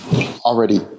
already –